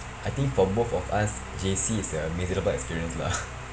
I think for both of us J_C is a miserable experience lah